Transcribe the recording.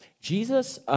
Jesus